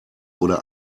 oder